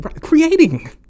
creating